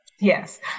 Yes